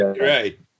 right